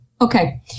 Okay